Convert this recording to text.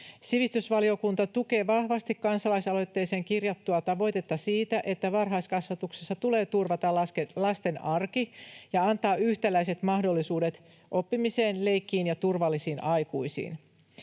Sivistysvaliokunta tukee vahvasti kansalaisaloitteeseen kirjattua tavoitetta, että varhaiskasvatuksessa tulee turvata lasten arki ja antaa yhtäläiset mahdollisuudet oppimiseen, leikkiin ja turvallisiin aikuisiin.